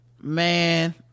man